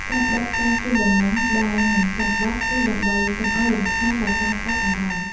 ការបិទការជូនដំណឹង ដែលមិនចាំបាច់ គឺដើម្បីកុំឱ្យរំខានដល់ការផ្តោតអារម្មណ៍។